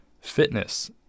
fitness